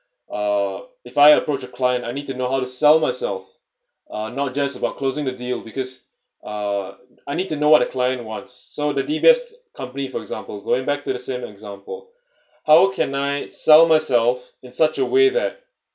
uh if I approach a client I need to know how to sell myself uh not just about closing the deal because uh I need to know what a client wants so the D_B_S company for example going back to the same example how can I sell myself in such a way that